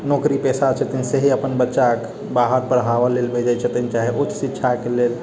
नौकरीपेशा छथिन सएह अपन बच्चाके बाहर पढ़ाबै लेल भेजै छथिन चाहे उच्च शिक्षाके लेल